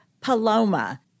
Paloma